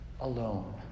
alone